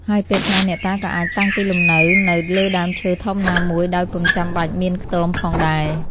ហើយពេលខ្លះ អ្នកតាក៏អាចតាំងទីលំនៅនៅ លើដើមឈើធំណាមួយដោយពុំចាំបាច់មានខ្ទមផងដែរ។